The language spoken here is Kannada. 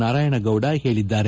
ನಾರಾಯಣಗೌಡ ಹೇಳಿದ್ದಾರೆ